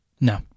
No